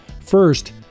First